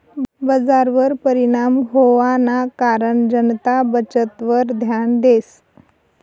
बजारवर परिणाम व्हवाना कारण जनता बचतवर ध्यान देस